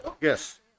yes